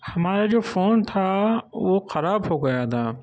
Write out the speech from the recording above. ہمارا جو فون تھا وہ خراب ہو گیا تھا